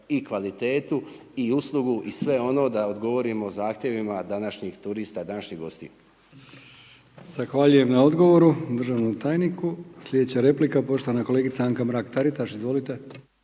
i kvalitetu i uslugu i sve ono da odgovorimo zahtjevima današnjih turista, današnjih gostiju. **Brkić, Milijan (HDZ)** Zahvaljujem na odgovoru državnom tajniku. Slijedeća replika poštovana kolegica Anka Mrak Taritaš. Izvolite.